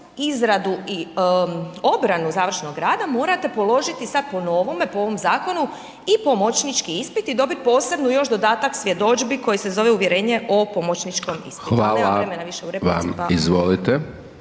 izradu i obranu završnog rada morate položiti sad po novome, po ovome zakonu i pomoćnički ispit i dobiti posebnu još dodatak svjedodžbi koje se zove Uvjerenje o pomoćničkom ispitu. .../Upadica: